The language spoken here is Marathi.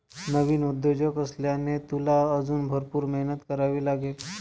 नवीन उद्योजक असल्याने, तुला अजून भरपूर मेहनत करावी लागेल